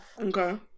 Okay